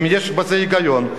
אם יש בזה היגיון,